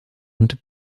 und